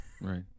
Right